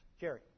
Jerry